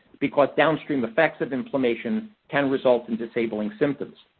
because downstream effects of inflammation can result in disabling symptoms.